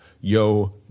yo